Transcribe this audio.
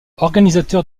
organisateur